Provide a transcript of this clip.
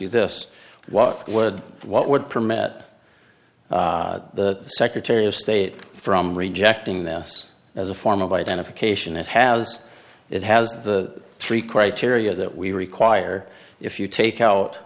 you this what would what would permit the secretary of state from rejecting this as a form of identification that has it has the three criteria that we require if you take out